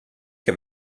che